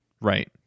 right